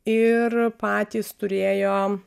ir patys turėjo